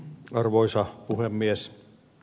arvoisa puhemies